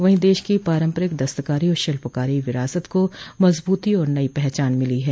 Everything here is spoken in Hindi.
वहीं देश की पारम्परिक दस्तकारी और शिल्पकारी विरासत को मजबूती और नई पहचान मिली है